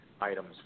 items